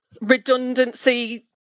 redundancy